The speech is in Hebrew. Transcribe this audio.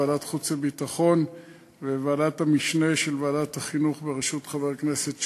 ועדת החוץ והביטחון וועדת המשנה של ועדת החינוך בראשות חבר הכנסת שמולי,